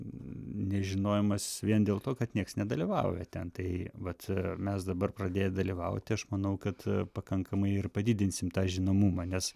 nežinojimas vien dėl to kad nieks nedalyvauja ten tai vat mes dabar pradėję dalyvauti aš manau kad pakankamai ir padidinsim tą žinomumą nes